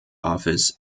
office